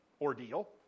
ordeal